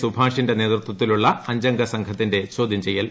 സുഭാഷിന്റെ നേതൃത്വത്തിലുള്ള അഞ്ചംഗ സംഘത്തിന്റെ ചോദ്യം ചെയ്യൽ